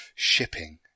Shipping